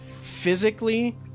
physically